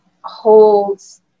holds